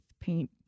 paint